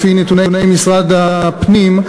לפי נתוני משרד הפנים,